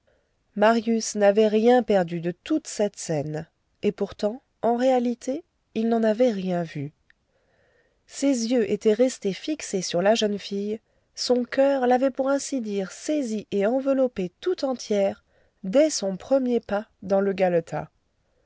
marius n'avait rien perdu de toute cette scène et pourtant en réalité il n'en avait rien vu ses yeux étaient restés fixés sur la jeune fille son coeur l'avait pour ainsi dire saisie et enveloppée tout entière dès son premier pas dans le galetas